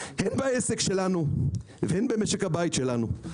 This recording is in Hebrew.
- הן בעסק שלנו והן במשק הבית שלנו.